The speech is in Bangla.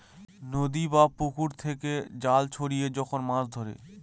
নদী বা পুকুর থেকে জাল ছড়িয়ে যখন মাছ ধরে